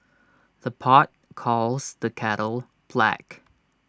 the pot calls the kettle black